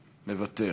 מוותר,